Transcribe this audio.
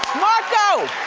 marco.